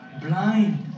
blind